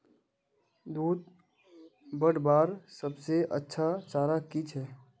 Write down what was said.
दूध बढ़वार सबसे अच्छा चारा की छे?